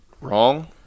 wrong